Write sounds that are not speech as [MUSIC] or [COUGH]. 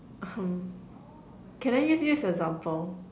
[NOISE] can I use you as an example